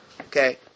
okay